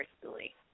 personally